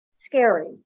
scary